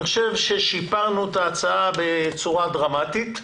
אני חושב ששיפרנו את ההצעה בצורה דרמטית,